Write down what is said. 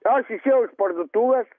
aš išėjau iš parduotuvės